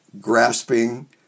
grasping